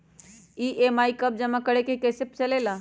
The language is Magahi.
ई.एम.आई कव जमा करेके हई कैसे पता चलेला?